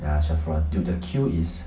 ya chevron dude the queue is